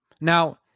Now